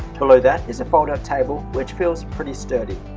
below that is a fold-out table which feels pretty sturdy.